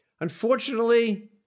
Unfortunately